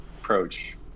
approach